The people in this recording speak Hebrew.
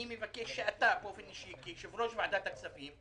אני מבקש שאתה פה באופן אישי כיושב-ראש ועדת הכספים,